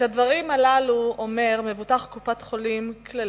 את הדברים הללו אומר מבוטח קופת-חולים "כללית"